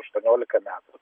aštuoniolika metų